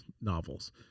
novels